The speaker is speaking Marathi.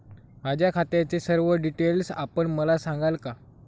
माझ्या खात्याचे सर्व डिटेल्स आपण मला सांगाल का?